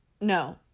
No